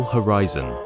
Horizon